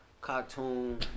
cartoon